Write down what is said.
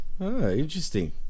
Interesting